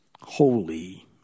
holy